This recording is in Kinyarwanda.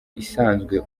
isanzwe